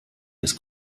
des